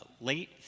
late